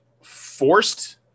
forced